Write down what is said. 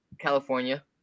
California